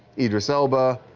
idris elba,